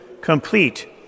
complete